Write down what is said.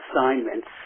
assignments